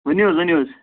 ؤنِو حظ ؤنِو حظ